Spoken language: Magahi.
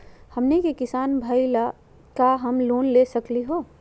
हमनी के किसान भईल, का हम लोन ले सकली हो?